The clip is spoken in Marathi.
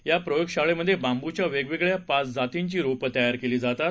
या प्रयोगशाळेमध्ये बांबूच्या वेगवेगळ्या पाच जातींची रोपं तयार केली जातात